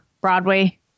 broadway